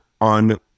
on